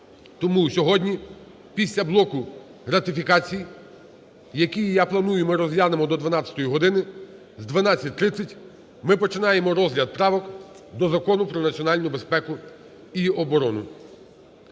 Тому сьогодні після блоку ратифікацій, які, я планую, ми розглянемо до 12 години, о 12:30 ми починаємо розгляд правок до Закону про національну безпеку і оборону.